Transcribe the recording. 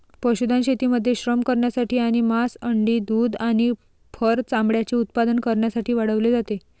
पशुधन शेतीमध्ये श्रम करण्यासाठी आणि मांस, अंडी, दूध आणि फर चामड्याचे उत्पादन करण्यासाठी वाढवले जाते